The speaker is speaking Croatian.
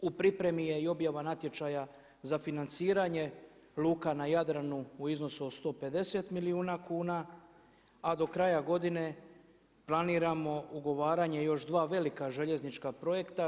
U pripremi je i objava natječaja za financiranje luka na Jadranu u iznosu od 150 milijuna kuna, a do kraja godine planiramo ugovaranje još sva velika željeznička projekta.